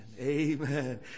Amen